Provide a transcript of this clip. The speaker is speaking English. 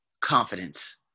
confidence